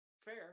fair